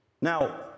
Now